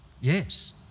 yes